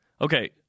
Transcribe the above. Okay